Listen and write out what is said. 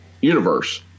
universe